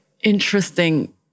interesting